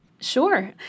Sure